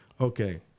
Okay